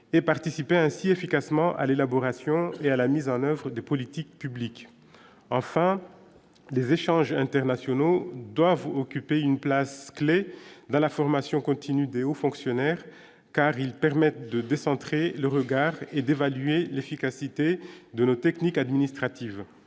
et participer ainsi efficacement à l'élaboration et à la mise en oeuvre des politiques publiques, enfin des échanges internationaux doivent occuper une place clé dans la formation continue Des aux fonctionnaires, car ils permettent de décentrer le regard et d'évaluer l'efficacité de nos techniques, administratives,